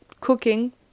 cooking